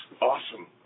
Awesome